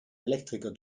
elektriker